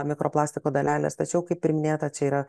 mikroplastiko dalelės tačiau kaip ir minėta čia yra